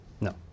No